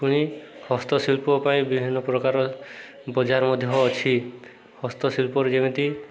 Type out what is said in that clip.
ପୁଣି ହସ୍ତଶିଳ୍ପ ପାଇଁ ବିଭିନ୍ନ ପ୍ରକାର ବଜାର ମଧ୍ୟ ଅଛି ହସ୍ତଶିଳ୍ପରୁ ଯେମିତି